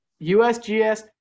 USGS